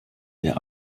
der